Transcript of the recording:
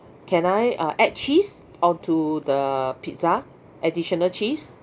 can I uh add cheese onto the pizza additional cheese